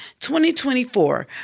2024